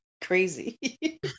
crazy